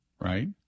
right